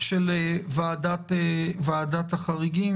של ועדת החריגים.